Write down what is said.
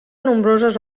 nombroses